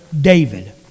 David